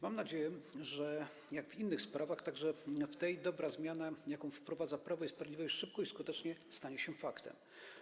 Mam nadzieję, że jak w innych sprawach także w tej dobra zmiana, jaką wprowadza Prawo i Sprawiedliwość, szybko i skutecznie stanie się faktem.